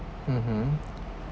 mmhmm